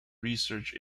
research